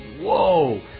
whoa